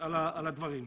על הדברים.